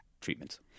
treatments